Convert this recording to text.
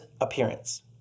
appearance